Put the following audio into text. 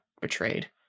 betrayed